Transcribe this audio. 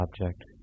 object